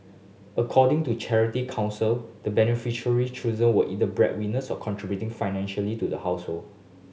according to the Charity Council the beneficiary chosen were either bread winners or contributing financially to the household